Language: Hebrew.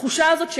התחושה הזאת,